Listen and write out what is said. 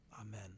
Amen